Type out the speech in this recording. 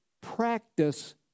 practice